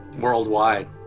Worldwide